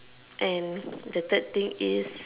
and the third thing is